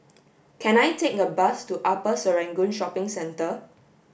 can I take a bus to Upper Serangoon Shopping Centre